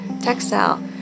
textile